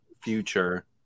future